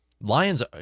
Lions